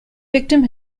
victim